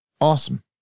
Awesome